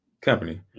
company